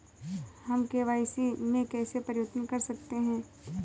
हम के.वाई.सी में कैसे परिवर्तन कर सकते हैं?